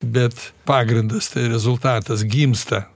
bet pagrindas tai rezultatas gimsta